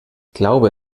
glaube